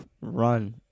run